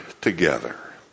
together